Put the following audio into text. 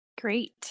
Great